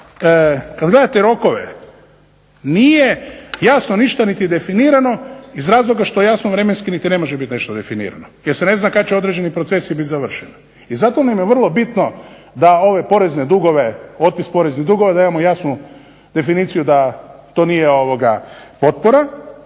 kada gledate rokove nije jasno ništa niti definirano iz razloga što jasno vremenski niti ne može biti nešto definirano jer se ne zna kada će određeni procesi biti završeni. I zato nam je vrlo bitno da ove porezne dugove otpis poreznih dugova da imamo jasnu definiciju da to nije potpora.